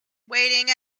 waiting